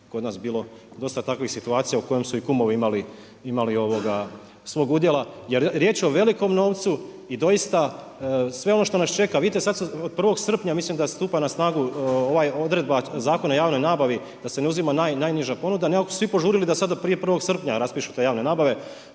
kod nas bilo, dosta takvih situacija u kojima su i kumovi imali svog udjela jer riječ je o velikom novcu i doista sve ono što nas čeka. Vidite sada su, od 1. srpnja mislim da stupa na snagu ova odredba Zakona o javnoj nabavi da se ne uzima najniža ponuda, nekako su svi požurili da sada prije 1. srpnja raspišu te javne nabave.